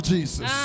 Jesus